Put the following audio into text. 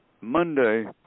Monday